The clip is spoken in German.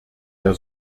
der